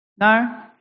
No